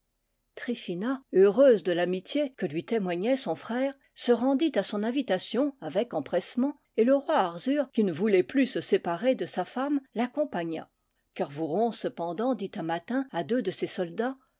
tryphina heureuse de l'amitié que lui témoignait son frère se rendit à son invitation avec empressement et le roi arzur qui ne voulait plus se séparer de sa femme l'ac compagna kervouron cependant dit un matin à deux de ses soldats